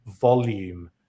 volume